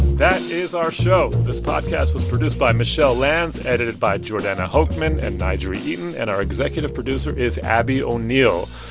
that is our show. this podcast was produced by michelle lanz, edited by jordana hochman and n'jeri eaton, and our executive producer is abby o'neill.